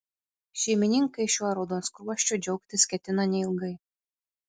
šeimininkai šiuo raudonskruosčiu džiaugtis ketina neilgai